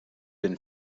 been